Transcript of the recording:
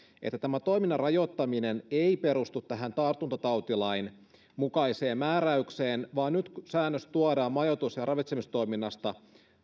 että tämä toiminnan rajoittaminen ei perustu tartuntatautilain mukaiseen määräykseen vaan nyt kun säännös tuodaan majoitus ja ravitsemistoiminnasta